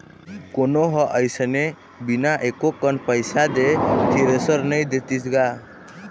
कोनो ह अइसने बिना एको कन पइसा दे थेरेसर नइ देतिस गा